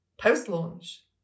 post-launch